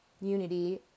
unity